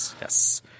yes